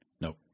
Nope